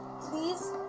Please